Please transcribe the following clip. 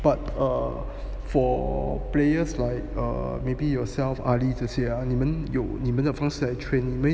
but err for players like err maybe yourself ali 这些啊你们有你们的方式来 train 你们